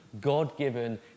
God-given